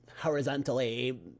horizontally